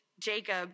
Jacob